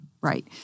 Right